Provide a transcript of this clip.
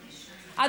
הפריבילגיה.